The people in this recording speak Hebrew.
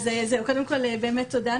תודה.